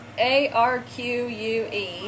A-R-Q-U-E